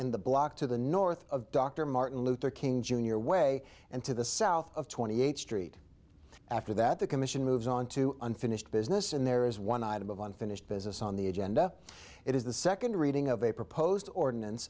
in the block to the north of dr martin luther king jr way and to the south of twenty eighth street after that the commission moves on to unfinished business and there is one item of unfinished business on the agenda it is the second reading of a proposed ordinance